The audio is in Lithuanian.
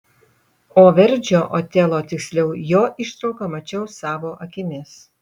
o verdžio otelo tiksliau jo ištrauką mačiau savo akimis